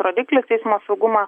rodiklis eismo saugumą